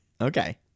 okay